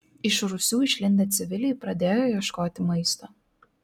iš rūsių išlindę civiliai pradėjo ieškoti maisto